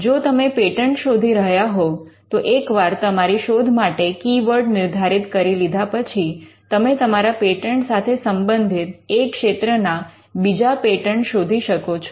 જો તમે પેટન્ટ શોધી રહ્યા હોવ તો એકવાર તમારી શોધ માટે કી વર્ડ નિર્ધારિત કરી લીધા પછી તમે તમારા પેટન્ટ સાથે સંબંધિત એ ક્ષેત્રના બીજા પેટન્ટ શોધી શકો છો